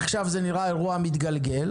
עכשיו זה נראה אירעו מתגלגל.